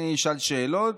אני אשאל שאלות